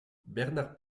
bernard